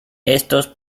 estos